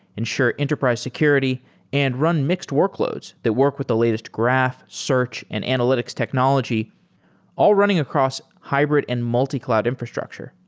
ensure enterprise security and run mixed workloads that work with the latest graph, search and analytics technology all running across hybrid and multi-cloud infrastructure.